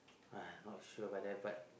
uh not sure but then but